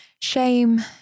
shame